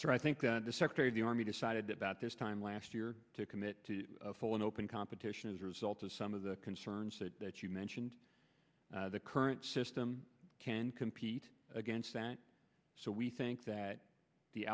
so i think that the secretary of the army decided about this time last year to commit to full and open competition as a result of some of the concerns that you mentioned the current system can compete against that so we think that the